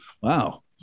wow